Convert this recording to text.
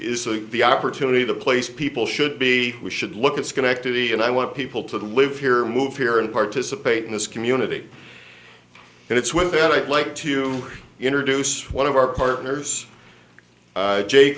is the opportunity the place people should be we should look at schenectady and i want people to live here move here and participate in this community and it's one that i'd like to introduce one of our partners